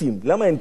למה אין פליטים?